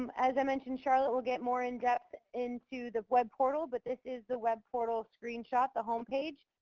um as i mentioned, charlotte will get more in depth into the web portal, but this is the web portal screen shot of the homepage.